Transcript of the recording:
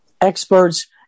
experts